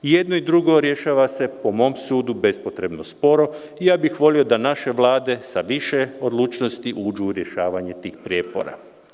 I jedno i drugo rješava se, po mom sudu, bespotrebno sporo i ja bih volio da naše vlade sa više odlučnosti uđu u rješavanje tih prijepora.